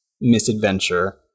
misadventure